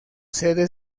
sede